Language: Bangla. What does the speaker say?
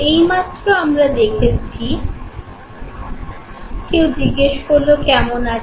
এই মাত্র আমরা দেখেছি কেউ জিজ্ঞেস করলো কেমন আছেন